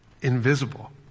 invisible